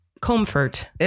Comfort